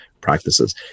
practices